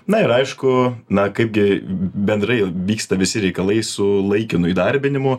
na ir aišku na kaipgi bendrai vyksta visi reikalai su laikinu įdarbinimu